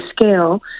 scale